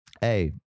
Hey